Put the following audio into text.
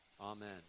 amen